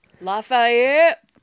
Lafayette